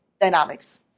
dynamics